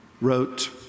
wrote